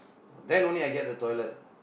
then only I get the toilet